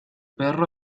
perro